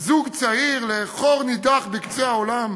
זוג צעיר לחור נידח בקצה העולם?